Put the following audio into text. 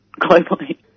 globally